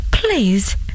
Please